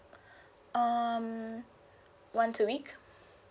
um once a week